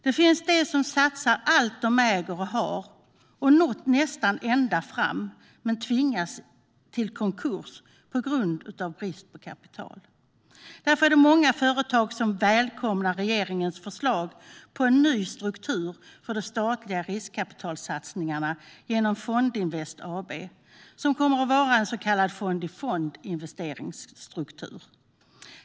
Det finns de som har satsat allt de äger och har och nått nästan ända fram men tvingats till konkurs på grund av brist på kapital. Därför är det många företag som välkomnar regeringens förslag på en ny struktur för de statliga riskkapitalsatsningarna genom Fondinvest AB, som kommer att vara en så kallad fond-i-fond-investeringsstruktur.